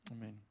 Amen